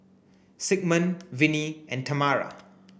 Sigmund Vinie and Tamara